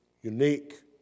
unique